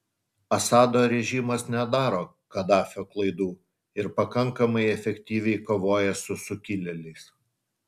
assado režimas nedaro gaddafio klaidų ir pakankamai efektyviai kovoja su sukilėliais